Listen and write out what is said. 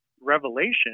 revelation